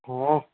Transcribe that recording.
ହଁ